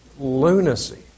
Lunacy